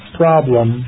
problem